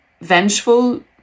vengeful